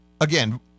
Again